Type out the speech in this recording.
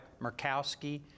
Murkowski